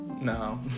No